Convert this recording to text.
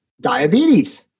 diabetes